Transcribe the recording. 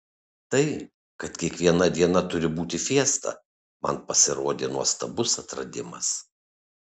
tai kad kiekviena diena turi būti fiesta man pasirodė nuostabus atradimas